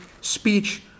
speech